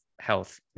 health